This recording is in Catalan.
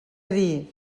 dir